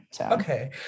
okay